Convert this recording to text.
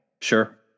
sure